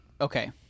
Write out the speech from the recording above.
Okay